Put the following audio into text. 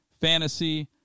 fantasy